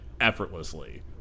effortlessly